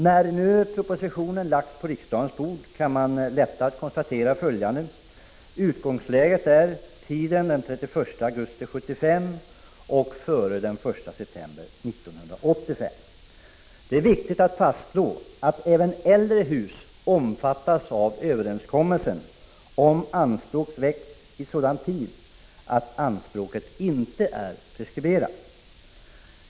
När propositionen nu har lagts på riksdagens bord kan man lättad konstatera följande: Utgångsläget är tiden efter den 31 augusti 1975 och före den 1 september 1985. Det är viktigt att fastslå att även äldre hus omfattas av överenskommelsen om anspråk har väckts i sådan tid att anspråket inte är preskriberat.